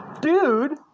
Dude